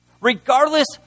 regardless